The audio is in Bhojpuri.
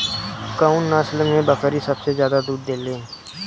कउन नस्ल के बकरी सबसे ज्यादा दूध देवे लें?